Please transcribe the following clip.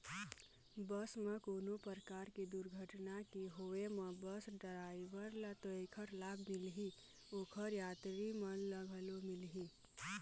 बस म कोनो परकार के दुरघटना के होय म बस डराइवर ल तो ऐखर लाभ मिलही, ओखर यातरी मन ल घलो मिलही